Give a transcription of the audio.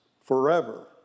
forever